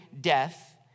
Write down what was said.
death